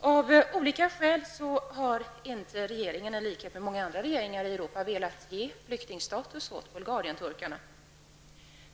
Av olika skäl har inte regeringen, i likhet med många andra regeringar i Europa, velat ge flyktingstatus åt Bulgarienturkarna.